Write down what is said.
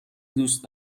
دوست